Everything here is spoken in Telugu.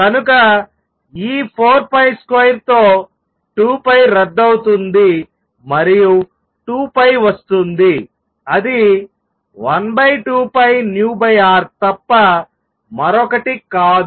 కనుక ఈ 4 2 తో 2 రద్దవుతుంది మరియు 2 వస్తుంది అది 12πvRతప్ప మరొకటి కాదు